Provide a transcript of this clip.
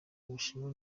ubushinwa